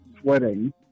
sweating